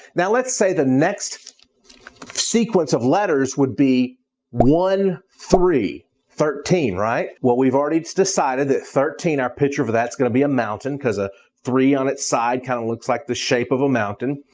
now let's say the next sequence of letters would be one, three thirteen, right? well we've already decided that thirteen, our picture for that is going to be a mountain, because a three on its side kind of looks like the shape of a mountain.